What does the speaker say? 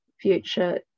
future